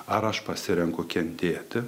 ar aš pasirenku kentėti